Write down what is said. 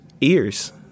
ears